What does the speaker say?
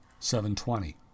720